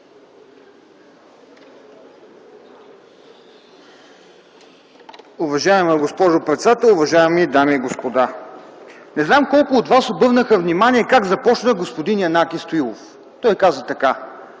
Уважаема госпожо председател, уважаеми дами и господа! Не знам колко от вас обърнаха внимание как започна господин Янаки Стоилов. Той каза така: